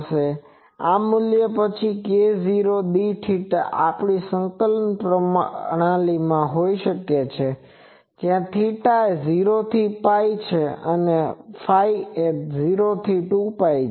આ મૂલ્ય પછી k0d θ આપણી સંકલન પ્રણાલીમાં હોઈ શકે છે જ્યાં થીટા એ 0 થી Π છે અને ϕ એ 0 થી 2Π છે